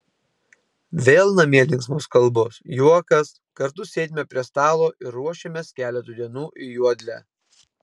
vėl namie linksmos kalbos juokas kartu sėdime prie stalo ir ruošiamės keletui dienų į juodlę